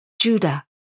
Judah